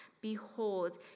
Behold